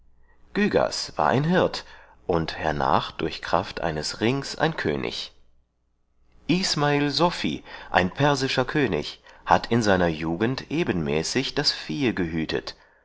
war ein hirt und hernach durch kraft eines rings ein könig ismael sophi ein persischer könig hat in seiner jugend ebenmäßig das viehe gehütet